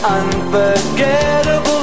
unforgettable